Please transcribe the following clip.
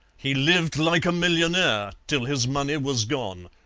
he lived like a millionaire till his money was gone.